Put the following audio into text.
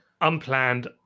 unplanned